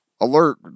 alert